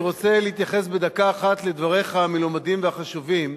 אני רוצה להתייחס בדקה אחת לדבריך המלומדים והחשובים,